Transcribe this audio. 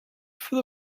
for